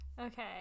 Okay